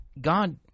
god